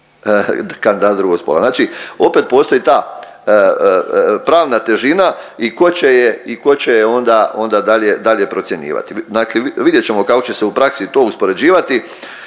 kandidata drugog spola. Znači, opet postoji ta pravna težina i tko će je onda dalje procjenjivati. Dakle, vidjet ćemo kako će se u praksi to uspoređivati,